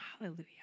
Hallelujah